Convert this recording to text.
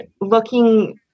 looking